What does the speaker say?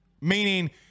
Meaning